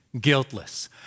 guiltless